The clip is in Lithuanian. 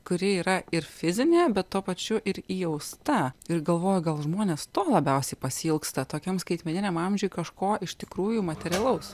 kuri yra ir fizinė bet tuo pačiu ir įjausta ir galvoju gal žmonės to labiausiai pasiilgsta tokiam skaitmeniniam amžiuj kažko iš tikrųjų materialaus